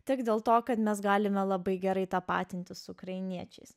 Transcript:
tiek dėl to kad mes galime labai gerai tapatintis su ukrainiečiais